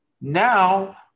Now